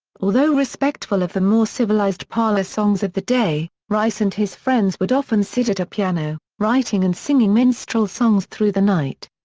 although respectful of the more civilized parlor songs of the day, rice and his friends would often sit at a piano, writing and singing minstrel songs through the night.